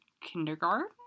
kindergarten